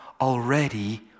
already